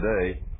today